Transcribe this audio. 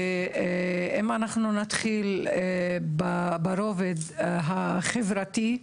אם אנחנו נתחיל ברובד החברתי,